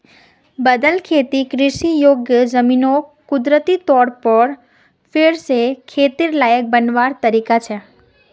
बदल खेतिर कृषि योग्य ज़मीनोक कुदरती तौर पर फेर से खेतिर लायक बनवार तरीका छे